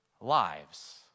lives